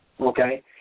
Okay